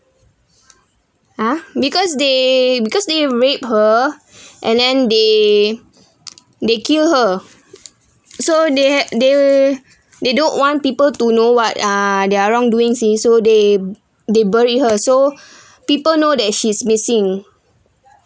ah because they because they raped her and then they they kill her so they they they don't want people to know what are their wrongdoing see so they they burry her so people know that she's missing